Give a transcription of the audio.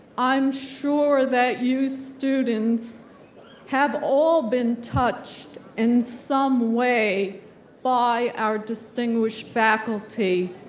i'm sure that you students have all been touched in some way by our distinguished faculty,